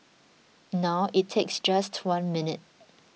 now it takes just one minute